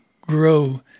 grow